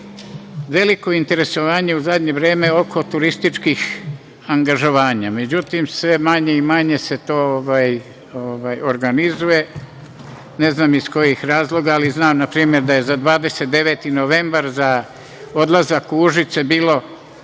Veliko interesovanje u zadnje vreme je oko turističkih angažovanja, međutim, sve manje i manje se to organizuje. Ne znam iz kojih razloga, ali znam da je na primer za 29. novembar za odlazak u Užice bilo